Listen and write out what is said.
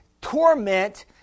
torment